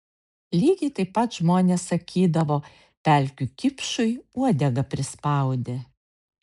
lygiai taip pat žmonės sakydavo pelkių kipšui uodegą prispaudė